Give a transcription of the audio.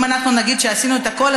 אם אנחנו נגיד שעשינו את הכול,